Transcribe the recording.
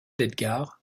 d’edgard